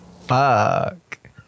Fuck